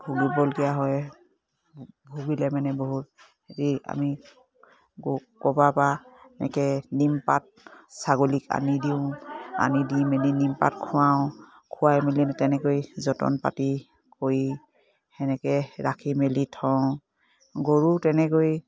ভুগিবলগীয়া হয় ভুগিলে মানে বহুত হেৰি আমি গৰুক ক'ৰবাৰপৰা এনেকৈ নিমপাত ছাগলীক আনি দিওঁ আনি দি মেলি নিমপাত খুৱাওঁ খোৱাই মেলি তেনেকৈ যতন পাতি কৰি সেনেকৈ ৰাখি মেলি থওঁ গৰুও তেনেকৈ